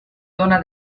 dóna